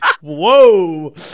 whoa